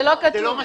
לא נכון.